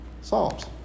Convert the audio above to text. Psalms